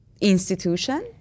institution